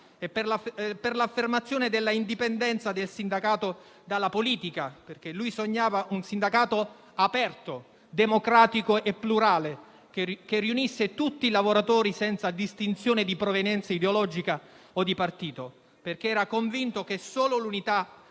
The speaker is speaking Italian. e per l'affermazione dell'indipendenza del sindacato dalla politica. Lui sognava un sindacato aperto, democratico e plurale che riunisse tutti i lavoratori senza distinzione di provenienza ideologica o di partito, perché era convinto che solo l'unità